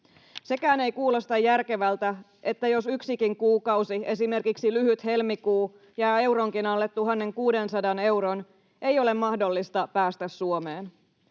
Sekään ei kuulosta järkevältä, että jos yksikin kuukausi, esimerkiksi lyhyt helmikuu, jää euronkin alle 1 600 euron, ei ole mahdollista päästä Suomeen.